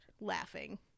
laughing